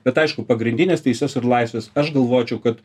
bet aišku pagrindines teises ir laisves aš galvočiau kad